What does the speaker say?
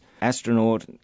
astronaut